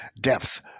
deaths